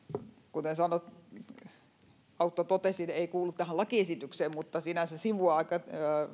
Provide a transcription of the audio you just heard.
kuten autto totesi ei kuulu tähän lakiesitykseen mutta sinänsä sivuaa aika